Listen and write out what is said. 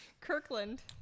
Kirkland